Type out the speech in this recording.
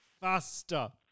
faster